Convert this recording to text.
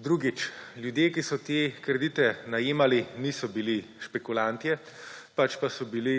Drugič. Ljudje, ki so te kredite najemali, niso bili špekulantje, pač pa so bili